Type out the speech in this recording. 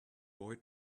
boy